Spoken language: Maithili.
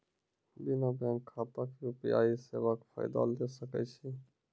बिना बैंक खाताक यु.पी.आई सेवाक फायदा ले सकै छी?